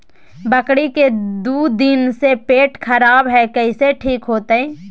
बकरी के दू दिन से पेट खराब है, कैसे ठीक होतैय?